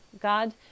God